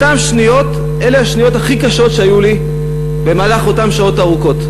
אותן שניות אלה השניות הכי קשות שהיו לי באותן שעות ארוכות.